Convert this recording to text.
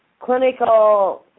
clinical